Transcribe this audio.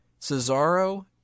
Cesaro